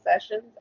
sessions